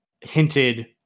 hinted